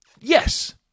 Yes